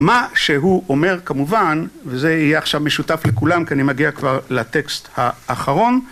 מה שהוא אומר כמובן, וזה יהיה עכשיו משותף לכולם כי אני מגיע כבר לטקסט האחרון